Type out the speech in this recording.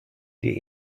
die